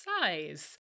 size